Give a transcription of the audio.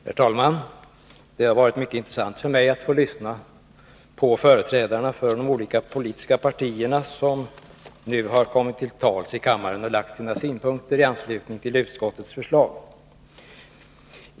Herr talman! Det har varit mycket intressant för mig att få lyssna på företrädarna för de olika politiska partierna som nu har kommit till tals och framfört sina synpunkter i anslutning till utskottets förslag.